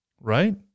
right